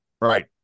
Right